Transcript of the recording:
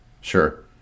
Sure